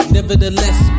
Nevertheless